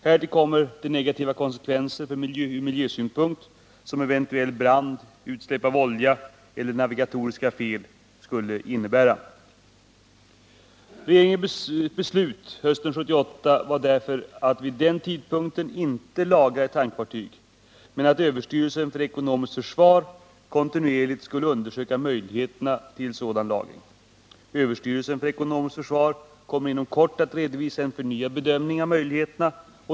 Härtill kommer de negativa konsekvenser från miljösynpunkt som eventuell brand, utsläpp av olja eller navigatoriska fel skulle innebära. Regeringens beslut hösten 1978 var därför att vid den tidpunkten inte lagra itankfartyg men att överstyrelsen för ekonomiskt försvar kontinuerligt skulle undersöka möjligheterna till sådan lagring. Överstyrelsen för ekonomiskt försvar kommer inom kort att redovisa en förnyad bedömning av möjligheterna.